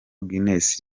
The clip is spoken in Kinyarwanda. guinness